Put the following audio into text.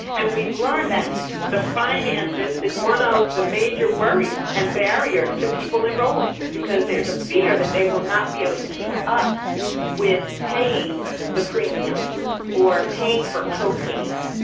and we've learned that the finances is one of the major worries and barriers to people enrolling, because there's a fear that they will not be able to keep up with paying the premiums or paying for copays.